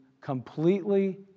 completely